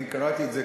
אני קראתי את זה,